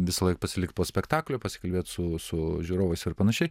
visąlaik pasilikt po spektaklio pasikalbėt su su žiūrovais ir panašiai